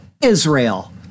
Israel